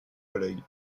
collègue